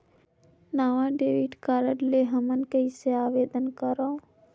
नवा debit card ले हमन कइसे आवेदन करंव?